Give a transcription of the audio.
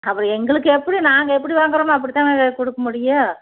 அப்புறம் எங்களுக்கு எப்படி நாங்கள் எப்படி வாங்கிறமோ அப்படித்தானே கொடுக்க முடியும்